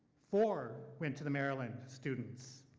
four went to the maryland students.